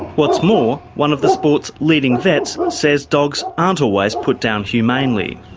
what's more, one of the sport's leading vets says dogs aren't always put down humanely.